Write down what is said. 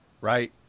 right